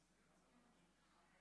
למזכירת הכנסת,